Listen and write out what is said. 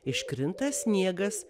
iškrinta sniegas